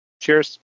Cheers